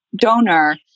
donor